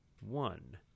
one